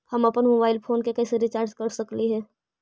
हम अप्पन mobile phone के कैसे रिचार्ज कर सकली हे?